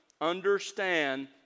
understand